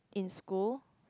in school